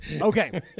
Okay